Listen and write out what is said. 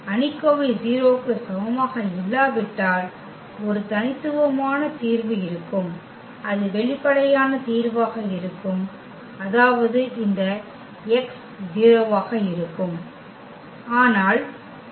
அணிக்கோவை 0 க்கு சமமாக இல்லாவிட்டால் ஒரு தனித்துவமான தீர்வு இருக்கும் அது வெளிப்படையான தீர்வாக இருக்கும் அதாவது இந்த x 0 ஆக இருக்கும்